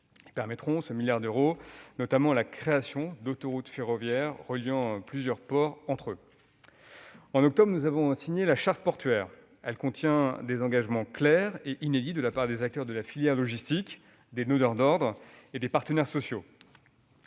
qui permettra, notamment, la création d'autoroutes ferroviaires reliant plusieurs ports entre eux. En octobre, nous avons signé la charte portuaire. Elle contient des engagements clairs et inédits de la part des acteurs de la filière logistique, des donneurs d'ordre et des partenaires sociaux.